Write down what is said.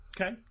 Okay